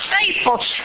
faithful